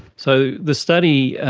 so the study,